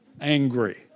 angry